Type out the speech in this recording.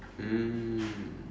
mm